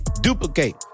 duplicate